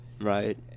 right